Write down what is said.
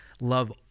love